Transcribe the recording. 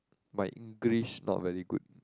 my english not very good